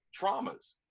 traumas